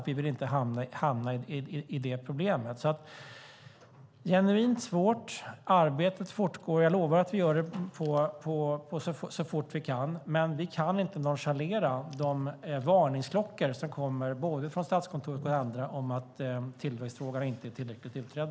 Vi vill inte hamna i det problemet. Det här är genuint svårt. Arbetet fortgår. Jag lovar att vi arbetar så fort vi kan, men vi kan inte nonchalera de varningsklockor som kommer från Statskontoret och andra om att tillväxtfrågan inte är tillräckligt utredd.